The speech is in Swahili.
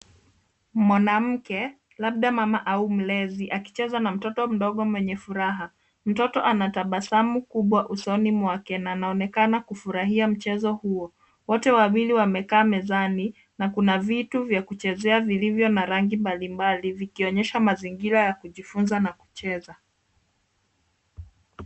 Mwanamke labda mama au mlezi akicheza na mtoto mdogo mwenye furaha. Mtoto anatabasamu kubwa usoni mwake na anaonekana kufurahia mchezo huo. Wote wawili wamekaa mezani na kuna vitu vya kuchezea vilivyo na rangi mbalimbali vikionyesha mazingira ya kujifuza na kucheza.